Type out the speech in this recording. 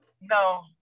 No